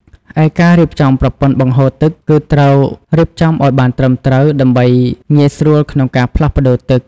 ឯការរៀបចំប្រព័ន្ធបង្ហូរទឹក គឺត្រូវរៀបចំឲ្យបានត្រឹមត្រូវដើម្បីងាយស្រួលក្នុងការផ្លាស់ប្ដូរទឹក។